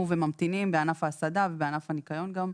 וממתינים בענף ההסעדה ובענף הניקיון גם.